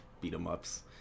beat-em-ups